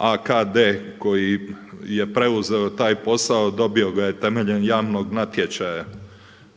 AKD koji je preuzeo taj posao dobio ga je temeljem javnog natječaja.